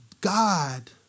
God